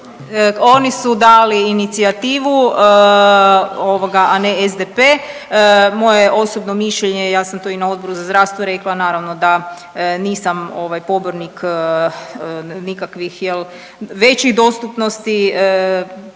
oni su dali inicijativu, ovoga, a ne SDP, moje osobno mišljenje, ja sam to i na Odboru za zdravstvo rekla, naravno da nisam ovaj pobornik nikakvih, je li,